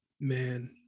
man